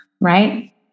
right